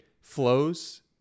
flows